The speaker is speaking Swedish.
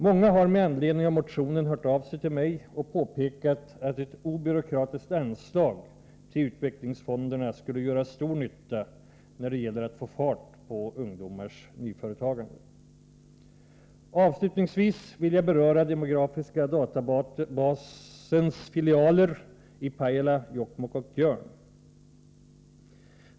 Många har med anledning av motionen hört av sig till mig och påpekat att ett obyråkratiskt anslag till utvecklingsfonderna skulle kunna göra stor nytta när det gäller att få fart på ungdomars nyföretagande. Avslutningsvis vill jag beröra Demografiska databasens filialer i Pajala, Jokkmokk och Jörn.